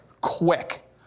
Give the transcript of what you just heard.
quick